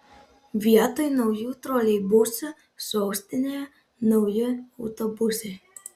vietoj naujų troleibusų sostinėje nauji autobusai